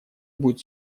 будет